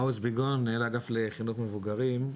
מעוז ביגון, מנהל האגף לחינוך מבוגרים.